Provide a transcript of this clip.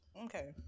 Okay